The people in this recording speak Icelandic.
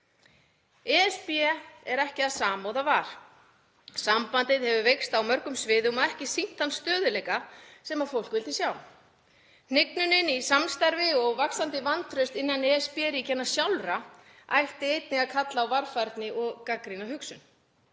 ESB er ekki það sama og það var. Sambandið hefur veikst á mörgum sviðum og ekki sýnt þann stöðugleika sem fólk vildi sjá. Hnignun í samstarfi og vaxandi vantraust innan ESB-ríkjanna sjálfra ætti einnig að kalla á varfærni og gagnrýna hugsun.